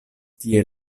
tie